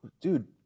dude